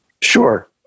Sure